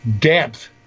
depth